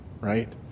right